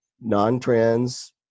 non-trans